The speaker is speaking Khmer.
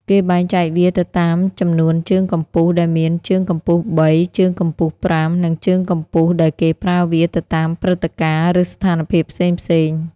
គេបែកចែកវាទៅតាម ចំនួនជើងកំពុះ ដែលមាន ជើងកំពុះ៣ ជើងកំពុះ៥ និងជើងកំពុះ ដែលគេប្រើវាទៅតាមព្រឹត្តិការណ៍ឬស្ថានភាពផ្សេងៗ។